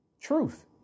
truth